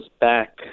back